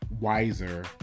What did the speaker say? wiser